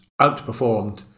outperformed